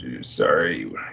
Sorry